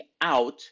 out